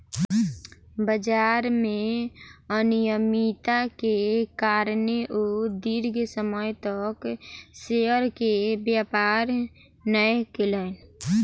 बजार में अनियमित्ता के कारणें ओ दीर्घ समय तक शेयर के व्यापार नै केलैन